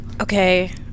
Okay